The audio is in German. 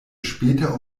später